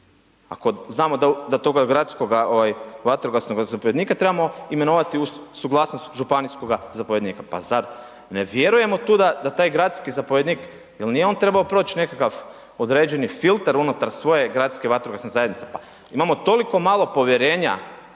ako znamo da toga gradskoga vatrogasnoga zapovjednika trebamo imenovati uz suglasnost županijskog zapovjednika. Pa zar ne vjerujemo tu da taj gradski zapovjednik, jel nije o trebao poći nekakav određeni filter unutar svoje gradske vatrogasne zajednice, pa imamo toliko malo povjerenja